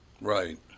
Right